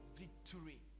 victory